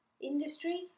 industry